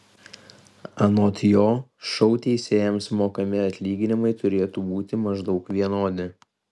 anot jo šou teisėjams mokami atlyginimai turėtų būti maždaug vienodi